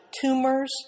tumors